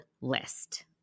list